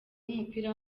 w’umupira